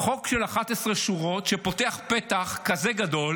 חוק של 11 שורות שפותח פתח כזה גדול